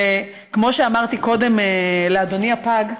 כמו שאמרתי קודם לאדוני הפג,